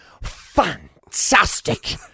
Fantastic